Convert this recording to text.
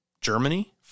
Germany